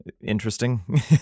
Interesting